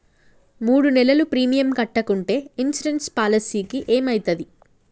మూడు నెలలు ప్రీమియం కట్టకుంటే ఇన్సూరెన్స్ పాలసీకి ఏమైతది?